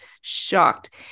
shocked